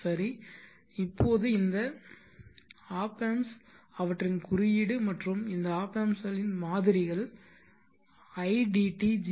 சரி இப்போது இந்த ஒப் ஆம்ப்ஸ் அவற்றின் குறியீடு மற்றும் இந்த ஒப் ஆம்ப்களின் மாதிரிகள் idt01